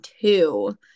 two